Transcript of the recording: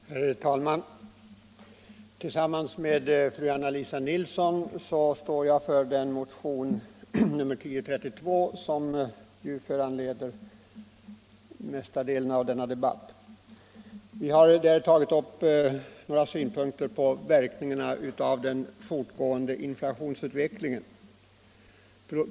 Herr talman! Tillsammans med fru Anna-Lisa Nilsson i Kristianstad har jag väckt motionen 1032, som föranlett större delen av den förda debatten. Vi har där tagit upp några synpunkter på verkningarna av den fortgående inflationsutvecklingen.